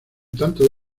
tanto